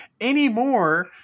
anymore